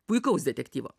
puikaus detektyvo